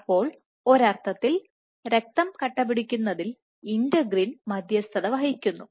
അപ്പോൾഒരർത്ഥത്തിൽ രക്തം കട്ടപിടിക്കുന്നതിൽ ഇന്റെഗ്രിൻ മധ്യസ്ഥത വഹിക്കുന്നു